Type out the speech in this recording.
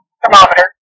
thermometer